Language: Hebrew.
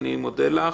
אני מודה לך.